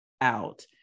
out